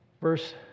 verse